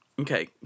Okay